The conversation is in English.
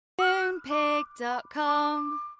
Moonpig.com